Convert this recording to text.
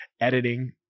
editing